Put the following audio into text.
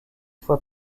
fois